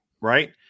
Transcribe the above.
Right